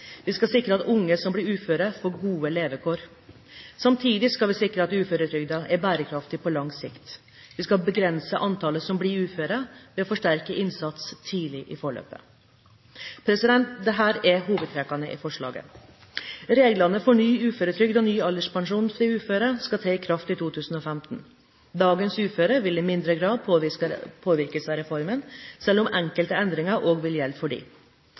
Vi skal sikre at unge som blir uføre, får gode levevilkår. Samtidig skal vi sikre at uføretrygden er bærekraftig på lang sikt. Vi skal begrense antallet som blir uføre ved å forsterke innsatsen tidlig i forløpet. Dette er hovedtrekkene i forslaget: Reglene for ny uføretrygd og ny alderspensjon til uføre skal tre i kraft i 2015. Dagens uføre vil i mindre grad påvirkes av reformen, selv om enkelte endringer også vil gjelde for